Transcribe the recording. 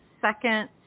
second